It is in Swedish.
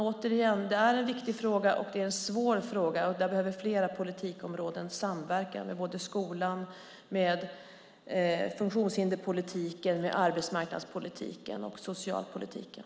Återigen: Det är en viktig och svår fråga, och här behöver flera politikområden samverka med skolan, funktionshinderspolitiken, arbetsmarknadspolitiken och socialpolitiken.